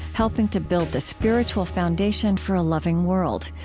helping to build the spiritual foundation for a loving world.